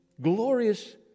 glorious